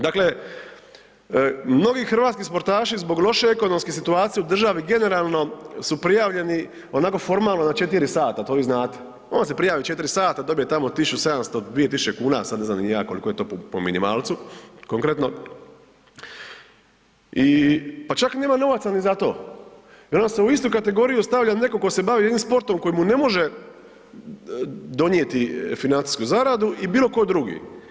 Dakle, mnogi hrvatski sportaši zbog loše ekonomske situacije u državi generalno su prijavljeni onako formalno na 4 sata to vi znate, on se prijavi 4 sata, dobije tamo 1.700,00 – 2.000,00 kn, sad ne znam ni ja koliko je to po minimalcu konkretno i, pa čak nema novaca ni za to i onda se u istu kategoriju stavlja neko ko se bavi in sportom koji mu ne može donijeti financijsku zaradu i bilo ko drugi.